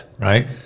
Right